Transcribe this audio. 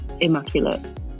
immaculate